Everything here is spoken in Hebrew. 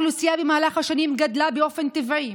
במהלך השנים האוכלוסייה גדלה באופן טבעי.